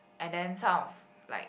and then some like